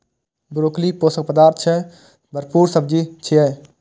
broccoli पोषक पदार्थ सं भरपूर सब्जी छियै